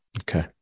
Okay